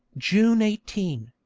june eighteen.